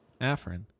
Afrin